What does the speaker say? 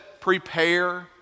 prepare